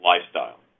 lifestyle